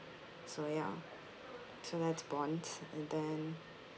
so ya so that's bonds and then